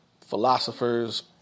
philosophers